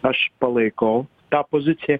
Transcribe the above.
aš palaikau tą poziciją